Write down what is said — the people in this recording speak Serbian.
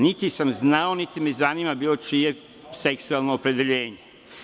Niti sam znao, niti me zanima bilo čije seksualno opredeljenje.